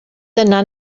dyna